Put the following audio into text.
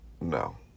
No